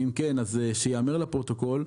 ואם כן, אז שייאמר לפרוטוקול,